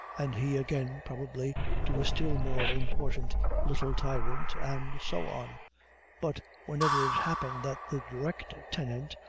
and he again, probably to a still more important little tyrant, and so on but whenever it happened that the direct tenant,